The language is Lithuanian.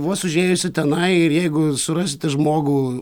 vos užėjusi tenai ir jeigu surasite žmogų